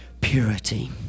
purity